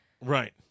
Right